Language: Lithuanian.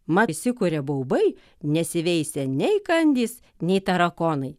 ma įsikuria baubai nesiveisia nei kandys nei tarakonai